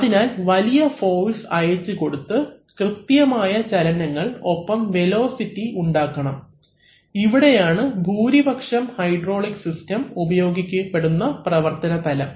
അതിനാൽ വലിയ ഫോഴ്സ് അയച്ചുകൊടുത്തു കൃത്യമായ ചലനങ്ങൾ ഒപ്പം വെലോസിറ്റി ഉണ്ടാക്കണം ഇവിടെയാണ് ഭൂരിപക്ഷം ഹൈഡ്രോളിക് സിസ്റ്റം ഉപയോഗിക്കപ്പെടുന്ന പ്രവർത്തനതലം